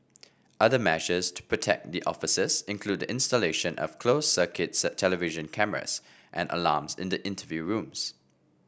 other measures to protect the officers include the installation of closed circuits television cameras and alarms in the interview rooms